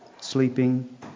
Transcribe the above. sleeping